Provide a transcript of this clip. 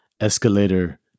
Escalator